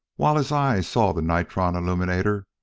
while his eyes saw the nitron illuminator,